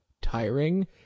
tiring